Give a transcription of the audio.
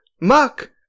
Muck